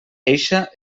eixa